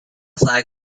flag